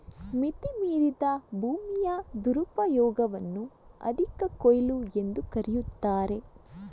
ಮಿತಿ ಮೀರಿದ ಭೂಮಿಯ ದುರುಪಯೋಗವನ್ನು ಅಧಿಕ ಕೊಯ್ಲು ಎಂದೂ ಕರೆಯುತ್ತಾರೆ